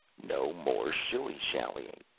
no more shilly-shallying.